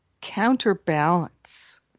counterbalance